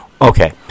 Okay